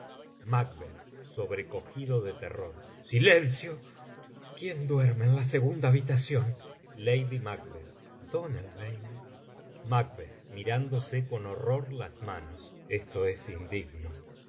sobrecogido de terror silencio quién duerme en la segunda habitación lady mac donalbáin macb mirándose con horror las manos esto es indigno